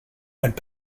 went